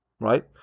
right